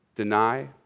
deny